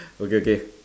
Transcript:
okay okay